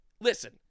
Listen